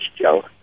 Joe